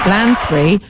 Lansbury